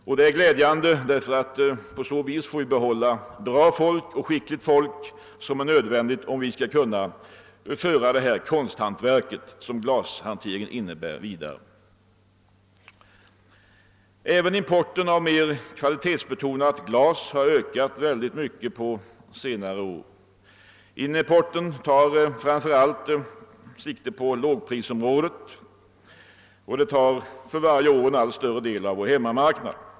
Detta är glädjande, ty på så sätt får vi behålla skickliga arbetare, vilket är nödvändigt om vi skall kunna föra det konsthantverk som glashanteringen innebär vidare. Även importen av mer kvalitetsbetonat glas har ökat synnerligen mycket under dessa år. Importen tar framför allt sikte på lågprisområdet och tar för varje år allt större del av hemmamarknaden.